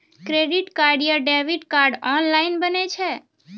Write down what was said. Credit card या debit card online बनै छै?